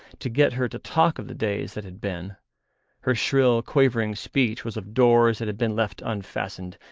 to get her to talk of the days that had been her shrill, quavering speech was of doors that had been left unfastened,